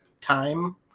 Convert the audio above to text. time